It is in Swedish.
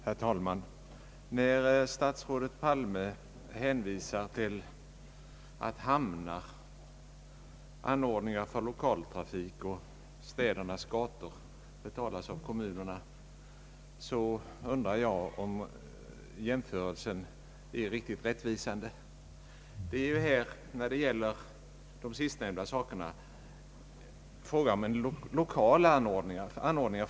Herr talman! När statsrådet Palme hänvisar till att hamnar, anordningar för lokaltrafik och städernas gator betalas av kommunerna, så undrar jag om jämförelsen är riktigt rättvisande. När det gäller dessa sistnämnda saker är det fråga om helt lokala trafikanordningar.